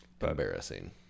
embarrassing